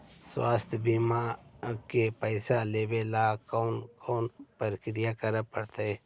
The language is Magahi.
स्वास्थी बिमा के पैसा लेबे ल कोन कोन परकिया करे पड़तै?